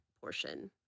portion